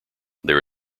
there